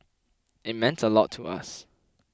it meant a lot to us